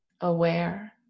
aware